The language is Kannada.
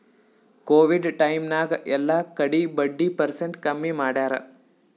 ಕೋವಿಡ್ ಟೈಮ್ ನಾಗ್ ಎಲ್ಲಾ ಕಡಿ ಬಡ್ಡಿ ಪರ್ಸೆಂಟ್ ಕಮ್ಮಿ ಮಾಡ್ಯಾರ್